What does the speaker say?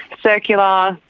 circular, ah